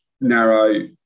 narrow